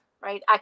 right